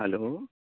hello